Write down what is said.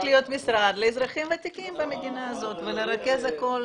להיות משרד לאזרחים ותיקים במדינה הזאת ולרכז הכול